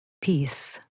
Peace